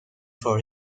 for